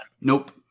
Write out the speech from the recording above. Nope